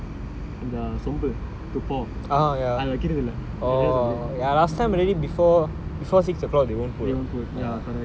or do you know why or not வாலி வைக்கமாற்றாங்கே அந்த வாலி அந்த இது இருக்குலே அந்த சொம்பு துபோ அது வைக்குறதுலே:vaali vaikamaatrangae antha vaali antha ithu irukkulae antha sombu dupo athu vaikirathulae